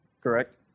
correct